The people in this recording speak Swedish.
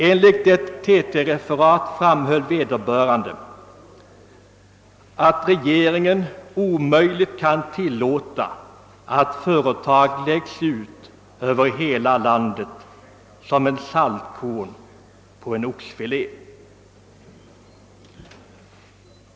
Enligt ett TT-referat framhöll vederbörande att regeringen omöjligt kan tillåta att företag läggs ut Över hela landet som saltkorn på en oxfilé.